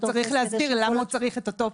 הוא צריך להסביר למה הוא צריך את אותו פרט,